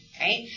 right